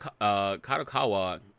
Kadokawa